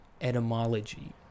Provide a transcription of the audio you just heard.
etymology